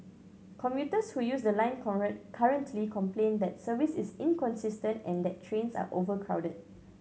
commuters who use the line currently complain that service is inconsistent and that trains are overcrowded